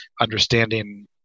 understanding